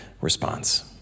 response